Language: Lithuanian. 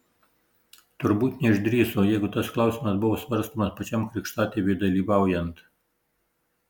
turbūt neišdrįso jeigu tas klausimas buvo svarstomas pačiam krikštatėviui dalyvaujant